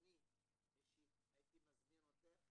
אני אישית הייתי מזמין אותך